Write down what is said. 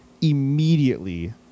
immediately